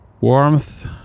warmth